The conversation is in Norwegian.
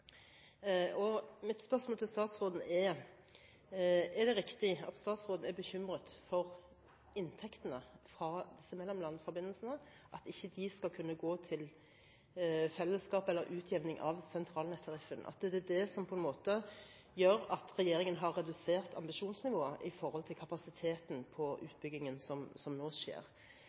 men mitt spørsmål går i en litt annen retning – tilbake til utvekslingskapasiteten med utlandet. Spørsmålene mine til statsråden er: Er det riktig at statsråden er bekymret for at inntektene fra disse mellomlandsforbindelsene ikke skal kunne gå til fellesskapet eller til utjevning av sentralnettariffen, og at det er det som gjør at regjeringen har redusert ambisjonsnivået når det gjelder kapasiteten på utbyggingen som nå